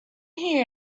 here